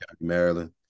maryland